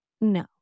No